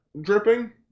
dripping